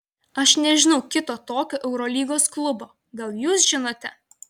aš nežinau kito tokio eurolygos klubo gal jūs žinote